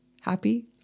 happy